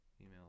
Email